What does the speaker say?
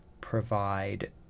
provide